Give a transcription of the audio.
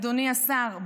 אדוני השר,